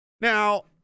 Now